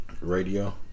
radio